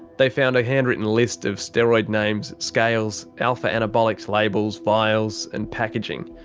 they found a handwritten list of steroid names, scales, alpha anabolics labels, vials, and packaging.